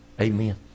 Amen